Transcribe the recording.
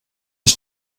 ich